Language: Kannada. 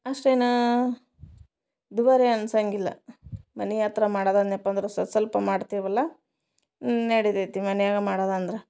ಅಷ್ಟೇನೂ ದುಬಾರಿ ಅನ್ಸಂಗಿಲ್ಲ ಮನೆ ಹತ್ರ ಮಾಡೋದ್ ಅಂದ್ನ್ಯಪ್ಪ ಅಂದ್ರೆ ಸಸಲ್ಪ ಮಾಡ್ತೀವಲ್ಲ ನಡಿತೈತಿ ಮನೆಯಾಗ ಮಾಡೋದಂದ್ರೆ